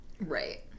Right